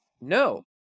No